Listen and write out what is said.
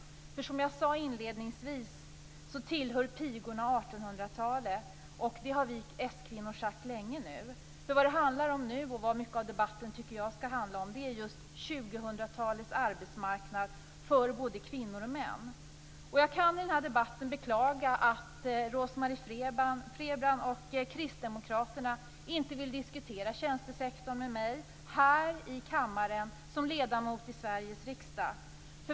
Som jag inledningsvis sade tillhör pigorna 1800-talet, och det har vi s-kvinnor sagt sedan länge. Vad debatten nu i stor utsträckning skall handla om är 2000-talets arbetsmarknad både för kvinnor och för män. Jag beklagar att Rose-Marie Frebran och de andra kristdemokraterna i den här debatten inte här i kammaren vill diskutera tjänstesektorn med mig som ledamot av Sveriges riksdag.